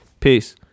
Peace